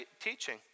teaching